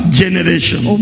generation